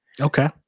okay